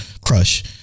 crush